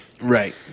Right